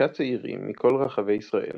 שישה צעירים, מכל רחבי ישראל,